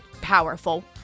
powerful